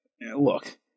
look